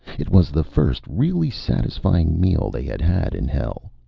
it was the first really satisfying meal they had had in hell.